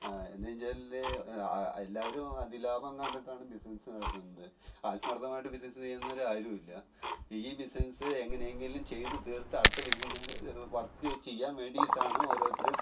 എന്നുവെച്ചാൽ എല്ലാവരും അതിലാഭം കണ്ടിട്ടാണ് ബിസ്നെസ്സ് നടത്തുന്നത് ആത്മാര്ത്ഥമായിട്ട് ബിസ്നെസ്സ് ചെയ്യുന്നവർ ആരും ഇല്ല ഈ ബിസ്നെസ്സ് എങ്ങനെ എങ്കിലും ചെയ്ത് തീര്ത്ത് അടുത്ത വര്ക്ക് ചെയ്യാന് വേണ്ടിയിട്ടാണ് ഓരോരുത്തരും